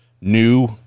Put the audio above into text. new